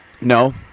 No